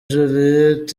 juliet